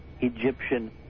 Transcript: Egyptian